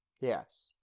yes